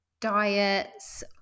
diets